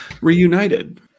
reunited